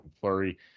Flurry